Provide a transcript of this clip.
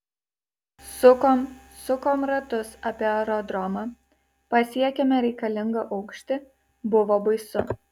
sukom sukom ratus apie aerodromą pasiekėme reikalingą aukštį buvo baisu